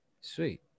Sweet